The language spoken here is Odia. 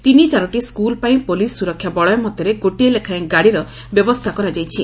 ତିନି ଚାରୋଟି ସ୍କ୍କଲ୍ ପାଇଁ ପୁଲିସ୍ ସୁରକ୍ଷା ବଳୟ ମଧରେ ଗୋଟିଏ ଲେଖାଏଁ ଗାଡ଼ିର ବ୍ୟବସ୍ଗା କରାଯାଇଛି